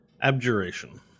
Abjuration